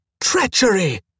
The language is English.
Treachery